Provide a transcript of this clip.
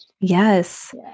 Yes